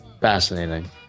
Fascinating